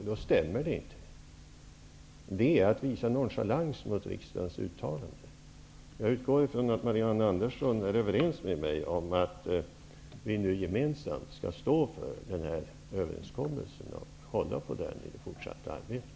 Då stämmer det inte. Det är att visa nonchalans mot riksdagens uttalande. Jag utgår från att Marianne Andersson är överens med mig om att vi nu gemensamt skall stå för den här överenskommelsen och hålla på den i det fortsatta arbetet.